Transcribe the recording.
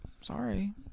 Sorry